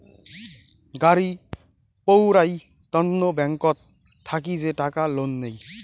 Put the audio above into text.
গাড়ি পৌরাই তন্ন ব্যাংকত থাকি যে টাকা লোন নেই